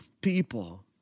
people